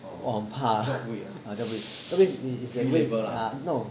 我很怕 uh job week ah 那种